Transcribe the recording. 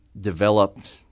developed